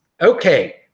okay